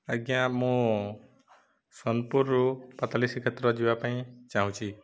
ଆଜ୍ଞା ମୁଁ ସୋନପୁରରୁ ପାତାଳି ଶ୍ରୀକ୍ଷେତ୍ର ଯିବା ପାଇଁ ଚାହୁଁଛି